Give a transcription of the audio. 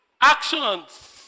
actions